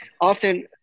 often